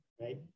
right